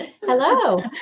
hello